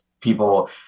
people